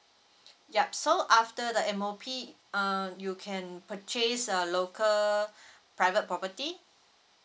yup so after the M_O_P uh you can purchase a local private property